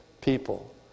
people